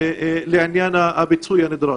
לעניין הפיצוי הנדרש.